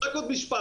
רק עוד משפט.